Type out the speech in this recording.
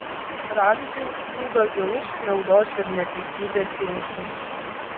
ramzį užplūdo gilus skriaudos ir neteisybės jausmas